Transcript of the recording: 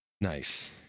Nice